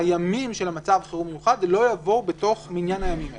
הימים של מצב החירום המיוחד לא יבואו בתוך מניין הימים האלה.